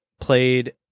played